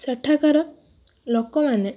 ସେଠାକାର ଲୋକମାନେ